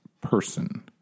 person